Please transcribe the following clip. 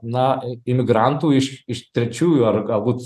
na imigrantų iš iš trečiųjų ar galbūt